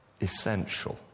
Essential